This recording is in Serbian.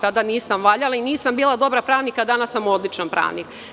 Tada nisam valjala i nisam bila dobar pravnik, a danas sam odličan pravnik.